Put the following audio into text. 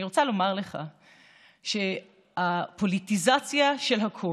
אני רוצה לומר לך שהפוליטיזציה של הכול,